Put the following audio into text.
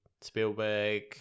Spielberg